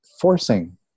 forcing